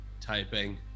typing